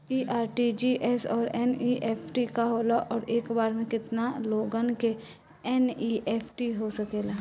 इ आर.टी.जी.एस और एन.ई.एफ.टी का होला और एक बार में केतना लोगन के एन.ई.एफ.टी हो सकेला?